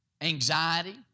anxiety